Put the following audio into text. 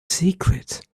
secret